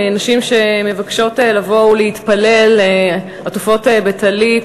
נשים שמבקשות לבוא ולהתפלל עטופות בטלית,